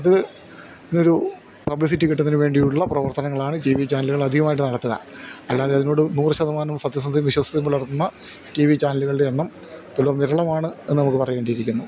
അത് നൊരു പബ്ലിസിറ്റി കിട്ടുന്നതിന് വേണ്ടിയുള്ള പ്രവർത്തനങ്ങളാണ് ടി വി ചാനലുകൾ അധികമായിട്ട് നടത്തുക അല്ലാതെ അതിനോട് നൂറ് ശതമാനവും സത്യസന്ധതയും വിശ്വസ്തതയും പുലർത്തുന്ന ടി വി ചാനലുകളുടെ എണ്ണം തുലോം വിരളമാണെന്ന് നമുക്ക് പറയേണ്ടിയിരിക്കുന്നു